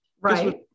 right